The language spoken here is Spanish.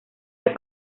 del